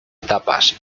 etapas